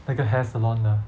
那个 hair salon 的